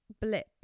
blip